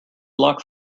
luck